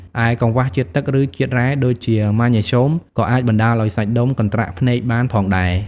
ឯ កង្វះជាតិទឹក ឬជាតិរ៉ែ ដូចជាម៉ាញ៉េស្យូម ក៏អាចបណ្ដាលឱ្យសាច់ដុំកន្ត្រាក់ភ្នែកបានផងដែរ។